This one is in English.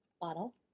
bottle